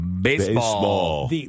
Baseball